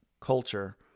culture